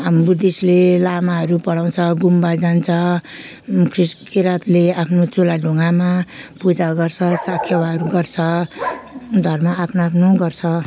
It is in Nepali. हामी बुद्धिस्टले लामाहरू पढाउँछ गुम्बा जान्छ ख्रिस किराँतले आफ्नो चुल्हाढुङ्गामा पूजा गर्छ साखेवाहरू गर्छ धर्म आफ्नो आफ्नो गर्छ